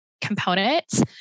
components